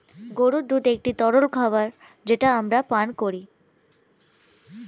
গরুর দুধ একটি তরল খাবার যেটা আমরা পান করি